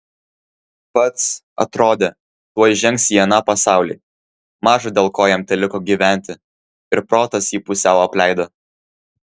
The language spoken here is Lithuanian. pats atrodė tuoj žengs į aną pasaulį maža dėl ko jam teliko gyventi ir protas jį pusiau apleido